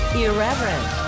irreverent